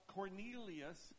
Cornelius